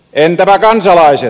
entäpä kansalaiset